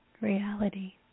reality